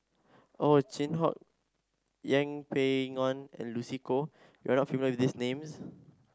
Ow Chin Hock Yeng Pway Ngon and Lucy Koh you are not familiar with these names